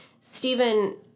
Stephen